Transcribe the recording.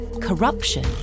corruption